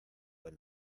del